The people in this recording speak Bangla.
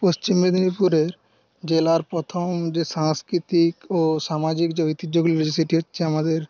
পশ্চিম মেদিনীপুরের জেলার প্রথম যে সাংস্কৃতিক ও সামাজিক যে ঐতিহ্যগুলি রয়েছে সেটি হচ্ছে আমাদের